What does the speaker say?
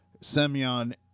Semyon